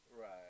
Right